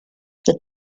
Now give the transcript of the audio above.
the